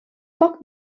poc